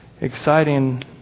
exciting